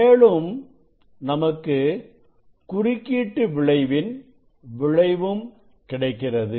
மேலும் நமக்கு குறுக்கீட்டு விளைவின் விளைவும் கிடைக்கிறது